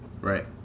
Right